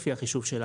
לפי החישוב שלה,